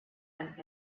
and